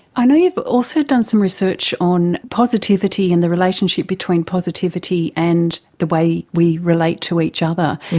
i know you've also done some research on positivity and the relationship between positivity and the way we relate to each other.